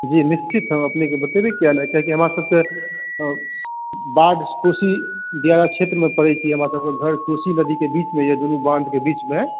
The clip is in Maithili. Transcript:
जी निश्चित हम अपनेके बतेबै किए नहि किएकि हमरा सभकेँ बाढ़ि कोशी क्षेत्रमे पड़ै छै हमरा सभकेँ घर कोशी नदीके बीचमे यऽ दुनू बान्धके बीचमे यऽ